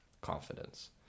confidence